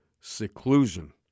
seclusion